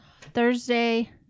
Thursday